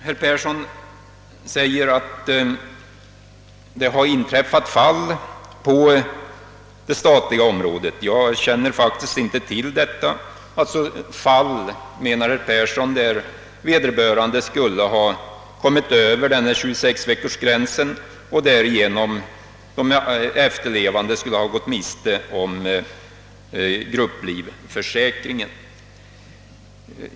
Herr Persson säger att det har inträffat fall på det statliga området — jag känner faktiskt inte till detta — där vederbörande skulle ha passerat 26-veckorsgränsen och de efterlevande därigenom gått miste om grupplivförsäkringen.